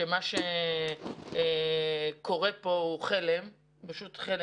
שמה שקורה פה הוא חלם, פשוט חלם